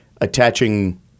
attaching